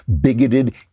bigoted